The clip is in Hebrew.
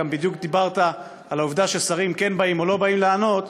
גם בדיוק דיברת על העובדה ששרים כן באים או לא באים לענות,